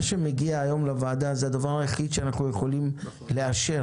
מה שמגיע היום לוועדה זה הדבר היחיד שאנחנו יכולים לאשר.